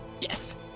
Yes